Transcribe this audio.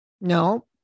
No